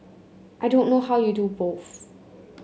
I don't know how you do both